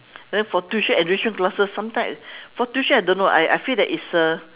then for tuition enrichment classes sometime for tuition I don't know I I feel that it's a